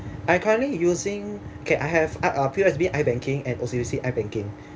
I currently using okay I have uh P_O_S_B iBanking and O_C_B_C iBanking